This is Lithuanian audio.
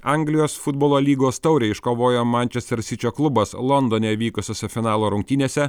anglijos futbolo lygos taurę iškovojo mančester sičio klubas londone vykusiose finalo rungtynėse